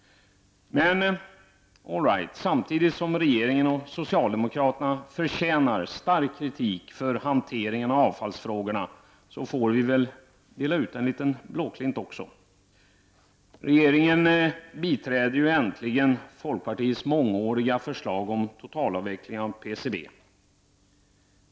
Men, all right, samtidigt som regeringen och socialdemokraterna förtjänar stark kritik för hanteringen av avfallsfrågorna får vi väl dela ut en liten blåklint också. Regeringen biträder äntligen folkpartiets mångåriga förslag om totalavveckling av PCB.